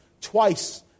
Twice